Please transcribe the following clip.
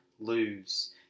Lose